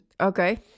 okay